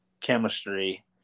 chemistry